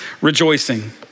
rejoicing